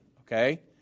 Okay